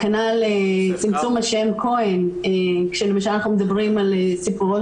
כנ"ל צמצום השם כהן כאשר למשל אנחנו מדברים על סיפורו